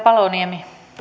puhemies